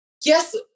Yes